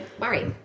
worry